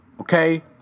Okay